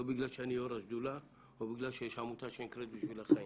לא בגלל שאני יו"ר השדולה או בגלל שיש עמותה שנקראת "בשביל החיים".